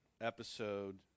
episode